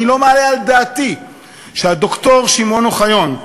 אני לא מעלה על דעתי שד"ר שמעון אוחיון,